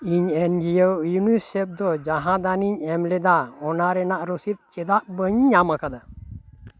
ᱤᱧ NGO UNICEF ᱫᱚ ᱡᱟᱦᱟᱸ ᱫᱟᱱᱤᱧ ᱮᱢ ᱞᱮᱫᱟ ᱚᱱᱟ ᱨᱮᱱᱟᱜ ᱨᱚᱥᱤᱫ ᱪᱮᱫᱟᱜ ᱵᱟᱹᱧ ᱧᱟᱢ ᱟᱠᱟᱫᱟ